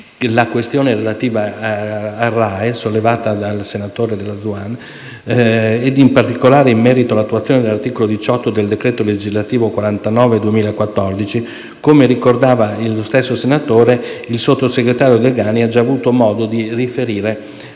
ed elettroniche (RAEE), sollevata dal senatore Dalla Zuanna, in particolare in merito all'attuazione dell'articolo 18 del decreto legislativo n. 49 del 2014, come ricordava lo stesso senatore, il sottosegretario Degani ha già avuto modo di riferire